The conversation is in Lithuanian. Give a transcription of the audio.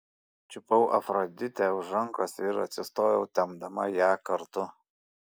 čiupau afroditę už rankos ir atsistojau tempdama ją kartu